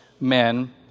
men